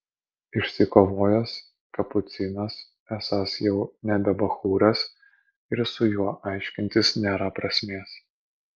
išsikovojęs kapucinas esąs jau nebe bachūras ir su juo aiškintis nėra prasmės